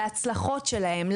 להצלחות שלהם,